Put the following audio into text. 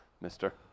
mister